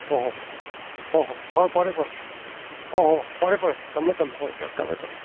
ꯍꯣ ꯍꯣ ꯍꯣ ꯍꯣ ꯍꯣꯏ ꯐꯔꯦ ꯐꯔꯦ ꯑꯣꯍꯣ ꯐꯔꯦ ꯐꯔꯦ ꯊꯝꯃꯦ ꯊꯝꯃꯦ ꯍꯣꯏ ꯐꯔꯦ ꯊꯝꯃꯦ ꯊꯝꯃꯦ